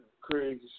crazy